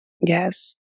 Yes